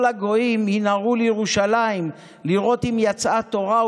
/ כל הגויים (המאוחדים) ינהרו לירושלים / לראות אם יצאה תורה,